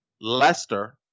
Leicester